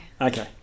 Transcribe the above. Okay